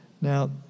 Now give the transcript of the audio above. Now